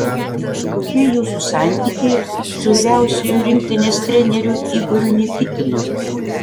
o kokie jūsų santykiai su vyriausiuoju rinktinės treneriu igoriu nikitinu